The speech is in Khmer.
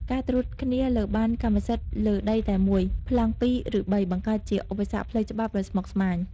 ការត្រួតគ្នាលើប័ណ្ណកម្មសិទ្ធិលើដីតែមួយ ប្លង់ពីរ ឬបី បង្កើតជាឧបសគ្គផ្លូវច្បាប់ដ៏ស្មុគស្មាញ។